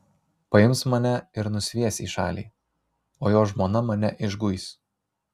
paims mane ir nusvies į šalį o jo žmona mane išguis